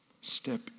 Step